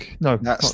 No